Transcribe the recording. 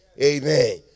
Amen